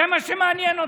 זה מה שמעניין אתכם.